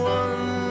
one